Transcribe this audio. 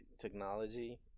technology